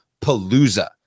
palooza